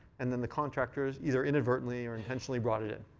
and then the contractors, either inadvertently or intentionally, brought it in.